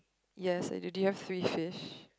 yes then do you have three fish